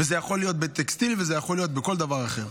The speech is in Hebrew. וזה יכול להיות בטקסטיל וזה יכול להיות בכל דבר אחר.